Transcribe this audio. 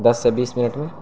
دس سے بیس منٹ میں